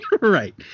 Right